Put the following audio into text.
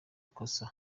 ikosa